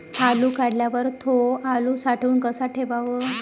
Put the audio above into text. आलू काढल्यावर थो आलू साठवून कसा ठेवाव?